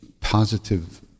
positive